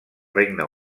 regne